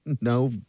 No